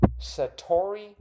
Satori